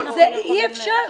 אבל אי אפשר.